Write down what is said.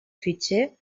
fitxer